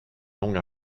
longue